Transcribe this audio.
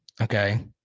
okay